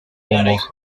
umuha